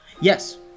Yes